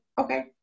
okay